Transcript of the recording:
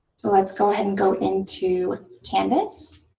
so let's go ahead and go into canvas